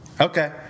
Okay